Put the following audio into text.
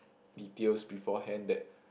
details beforehand that